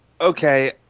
okay